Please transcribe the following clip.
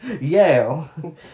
Yale